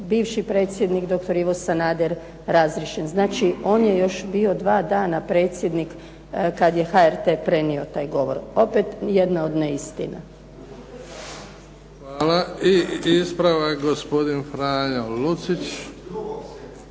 bivši predsjednik doktor Ivo Sanader razriješen. Znači on je još bio dva dana predsjednik kada je HRT prenio taj govor. Opet jedna od neistina. **Bebić, Luka (HDZ)** Hvala. I ispravak gospodin Franjo Lucić.